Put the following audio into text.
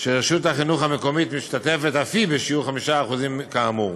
שרשות החינוך המקומית משתתפת אף היא בשיעור של 5% כאמור".